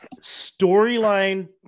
storyline